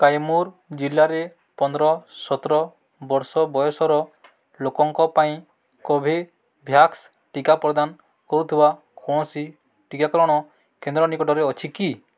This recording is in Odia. କାଇମୁର ଜିଲ୍ଲାରେ ପନ୍ଦର ସତର ବର୍ଷ ବୟସର ଲୋକଙ୍କ ପାଇଁ କଭୋଭ୍ୟାକ୍ସ୍ ଟିକା ପ୍ରଦାନ କରୁଥିବା କୌଣସି ଟିକାକରଣ କେନ୍ଦ୍ର ନିକଟରେ ଅଛି କି